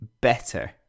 better